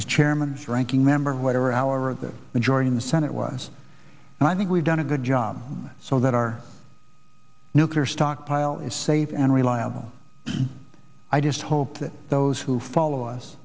as chairman ranking member whatever our of the majority in the senate was and i think we've done a good job so that our nuclear stockpile is safe and reliable i just hope that those who follow us